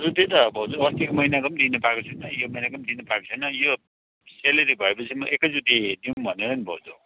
हजुर त्यही त भाउजू अस्तिको महिनाको दिनु पाएको छुइनँ यो महिनाको दिनु पाएको छुइनँ यो सेलेरी भए पछि म एक चोटि दिऊँ भनेर नि भाउजू